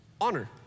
Honor